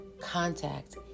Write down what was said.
contact